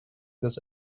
this